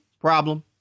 Problem